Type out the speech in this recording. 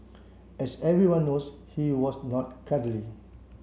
as everyone knows he was not cuddly